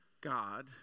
God